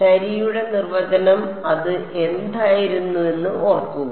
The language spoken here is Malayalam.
ശരിയുടെ നിർവചനം അത് എന്തായിരുന്നുവെന്ന് ഓർക്കുക